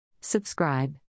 Subscribe